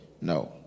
No